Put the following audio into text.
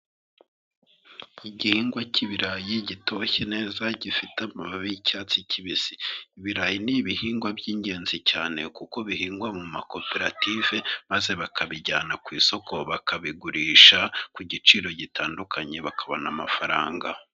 Igihingwa cy'ibirayi gitoshye neza, gifite amababi y'icyatsi kibisi, ibirayi ni ibihingwa by'ingenzi cyane kuko bihingwa mu makoperative, maze bakabijyana ku isoko, bakabigurisha ku giciro gitandukanye, bakabona amafaranga.